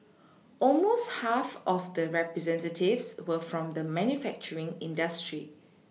almost half of the representatives were from the manufacturing industry